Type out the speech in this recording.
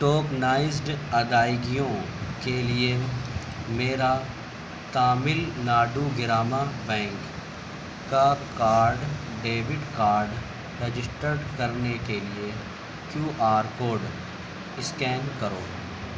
tokenized ادائیگیوں کے لیے میرا تامل ناڈو گراما بینک کا کارڈ ڈیبٹ کارڈ رجسٹر کرنے کے لیے کیو آر کوڈ اسکین کرو